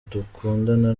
dukundana